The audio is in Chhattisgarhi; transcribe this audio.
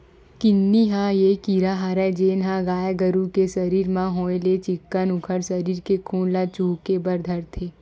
किन्नी ह ये कीरा हरय जेनहा गाय गरु के सरीर म होय ले चिक्कन उखर सरीर के खून ल चुहके बर धरथे